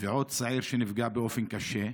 ועוד צעיר נפגע באופן קשה.